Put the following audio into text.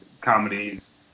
comedies